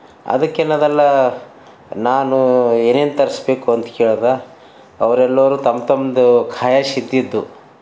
ಅದಕ್ಕೆ ನಾವೆಲ್ಲ ನಾನು ಏನೇನು ತರಿಸ್ಬೇಕು ಅಂತ ಕೇಳಿದ ಅವರೆಲ್ಲರೂ ತಮ್ಮ ತಮ್ಮದು ಕಾರ್ಯ ಸಿದ್ಧಿ ಇದ್ದವು